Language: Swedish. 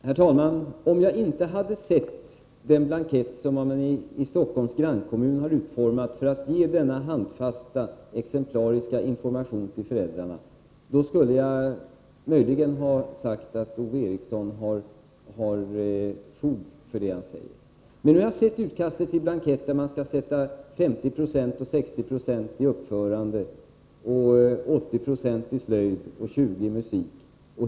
Herr talman! Om jag inte hade sett den blankett som man i en av Stockholms grannkommuner har utformat för att ge denna handfasta, exemplariska information till föräldrarna, skulle jag möjligen ha sagt att Ove Eriksson har fog för det han säger. Men nu har jag sett utkastet till en blankett där man skall sätta t.ex. 60 20 i uppförande, 80 20 i slöjd och 20 96 i musik.